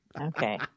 Okay